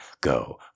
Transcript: Go